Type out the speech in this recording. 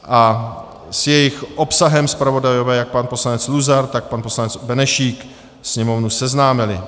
S jejich obsahem zpravodajové jak pan poslanec Luzar, tak pan poslanec Benešík Sněmovnu seznámili.